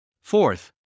Fourth